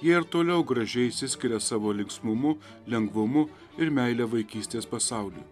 jie ir toliau gražiai išsiskiria savo linksmumu lengvumu ir meile vaikystės pasauliui